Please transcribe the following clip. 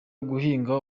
guhinga